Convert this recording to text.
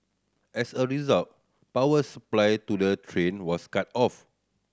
as a result power supply to the train was cut off